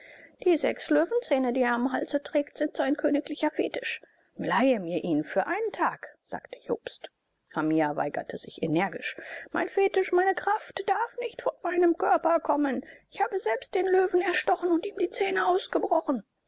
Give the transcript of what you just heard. die sechs löwenzähne die er am halse trägt sind sein königlicher fetisch leihe mir ihn für einen tag sagte jobst hamia weigerte sich energisch mein fetisch meine kraft darf nicht von meinem körper kommen ich habe selbst den löwen erstochen und ihm die zähne ausgebrochen